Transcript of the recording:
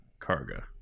Karga